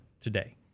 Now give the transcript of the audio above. today